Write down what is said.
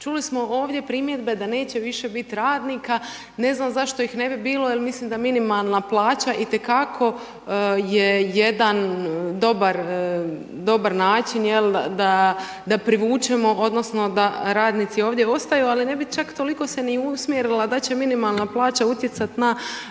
Čuli smo ovdje primjedbe da neće više biti radnika, znam zašto ih ne bi bilo jer mislim da minimalna plaća itekako je jedan dobar način da privučemo odnosno da radnici ovdje ostaju ali ne bi čak toliko se ni usmjerila da će minimalna plaća utjecat na